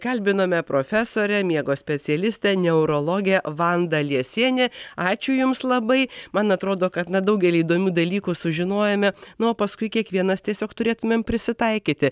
kalbinome profesorę miego specialistę neurologę vandą liesienę ačiū jums labai man atrodo kad na daugelį įdomių dalykų sužinojome nu o paskui kiekvienas tiesiog turėtumėm prisitaikyti